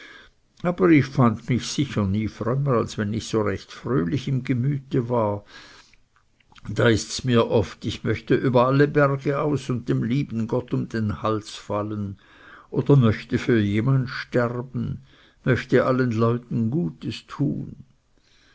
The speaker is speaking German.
aber ich fand mich sicher nie frömmer als wenn ich so recht fröhlich im gemüte war da ists mir oft ich möchte über alle berge aus und dem lieben gott um den hals fallen oder möchte für jemand sterben möchte allen leuten gutes tun